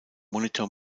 monitor